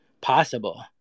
possible